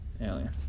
alien